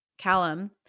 Callum